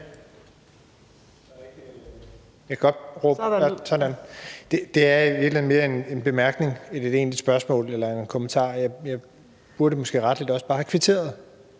mere en bemærkning end et egentligt spørgsmål eller en kommentar. Jeg burde måske rettelig også bare have kvitteret